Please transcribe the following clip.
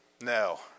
No